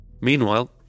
Meanwhile